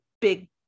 big